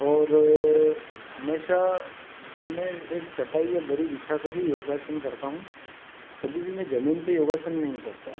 और हमेशा मैं एक चटाई या दरी बिछा कर ही योगासन करता हूँ कभी भी मैं ज़मीन पर योगासन नहीं करता